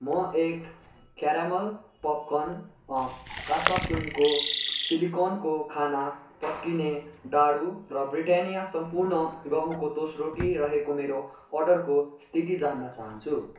म act caramel popcorn कासासुनको सिलिकनको खाना पस्किने डाडु र ब्रिटानिया सम्पूर्ण गहुँको तोसरोटी रहेको मेरो अर्डरको स्थिति जान्न चाहन्छु